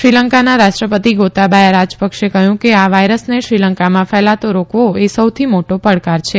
શ્રીલંકાના રાષ્ટ્રપતિ ગોતાબાયા રાજપકસે કહયું કે આ વાયરસને શ્રીલંકામાં ફેલાતો રોકવો એ સૌથી મોટો પડકાર છે